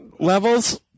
Levels